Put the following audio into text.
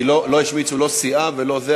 כי לא השמיצו לא סיעה ולא זה,